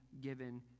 given